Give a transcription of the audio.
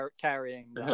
Carrying